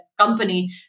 company